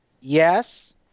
Yes